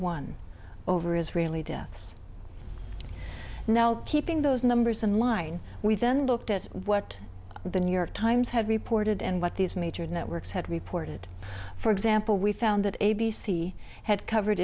one over israeli deaths now keeping those numbers in line we then looked at what the new york times had reported and what these major networks had reported for example we found that a b c had covered